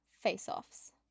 face-offs